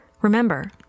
Remember